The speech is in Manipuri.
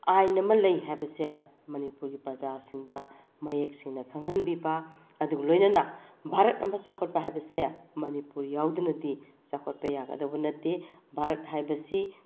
ꯑꯥꯏꯟ ꯑꯃ ꯂꯩ ꯍꯥꯏꯕꯁꯦ ꯃꯅꯤꯄꯨꯔꯒꯤ ꯄ꯭ꯔꯖꯥꯁꯤꯡꯗ ꯃꯌꯦꯛ ꯁꯦꯡꯅ ꯈꯪꯍꯟꯕꯤꯕ ꯑꯗꯨꯒ ꯂꯣꯏꯅꯅ ꯚꯥꯔꯠ ꯑꯃ ꯆꯥꯎꯈꯠꯄ ꯍꯥꯏꯕꯁꯦ ꯃꯅꯤꯄꯨꯔ ꯌꯥꯎꯗꯅꯗꯤ ꯆꯥꯎꯈꯠꯄ ꯌꯥꯒꯗꯧꯕ ꯅꯠꯇꯦ ꯚꯥꯔꯠ ꯍꯥꯏꯕꯁꯤ